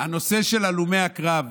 הנושא של הלומי הקרב,